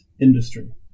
industry